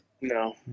No